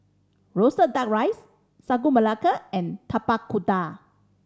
roasted Duck Rice Sagu Melaka and Tapak Kuda